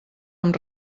amb